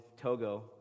Togo